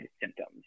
symptoms